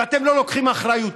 ואתם לא לוקחים אחריות.